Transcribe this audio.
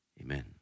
Amen